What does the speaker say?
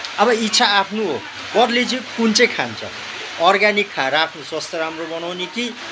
अब इच्छा आफ्नो हो कसले चाहिँ कुन चाहिँ खान्छ अर्ग्यानिक खाएर आफ्नो स्वास्थ राम्रो बनाउने कि